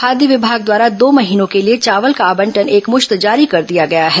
खाद्य विभाग द्वारा दो महीनों के लिए चावल का आवंटन एकमुश्त जारी कर दिया गया है